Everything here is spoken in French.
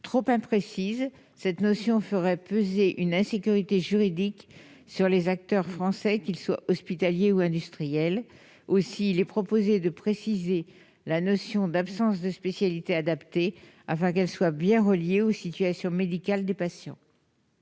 Trop imprécise, cette notion ferait peser une insécurité juridique sur les acteurs français, qu'ils soient hospitaliers ou industriels. Aussi, il est proposé de préciser la notion d'« absence de spécialité adaptée », afin qu'elle soit bien reliée à la situation médicale des patients.